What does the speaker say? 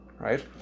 Right